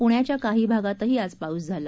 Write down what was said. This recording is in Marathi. प्ण्याच्या काही भागातही आज पाऊस झाला